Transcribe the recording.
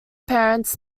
parents